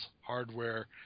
hardware